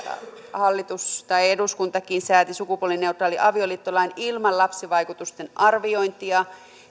eduskuntakin sääti sukupuolineutraalin avioliittolain ilman lapsivaikutusten arviointia